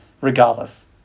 regardless